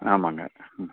ஆமாம்ங்க ம்